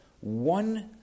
one